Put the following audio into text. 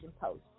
post